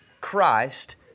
Christ